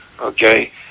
Okay